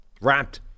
Wrapped